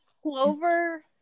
Clover